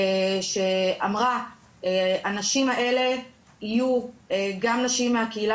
שאמרה שהנשים האלה יהיו גם נשים מהקהילה